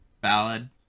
ballad